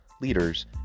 leaders